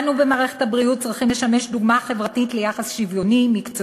אנו במערכת הבריאות צריכים לשמש דוגמה חברתית ליחס מקצועי